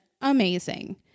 amazing